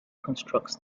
constructs